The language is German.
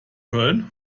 köln